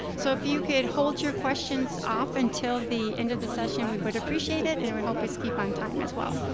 so if you could hold your questions off until the end of the session, we would appreciate it and it would help us keep on time as well.